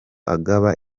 agaba